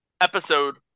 Episode